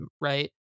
right